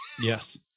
yes